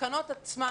התקנות עצמן,